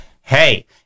Hey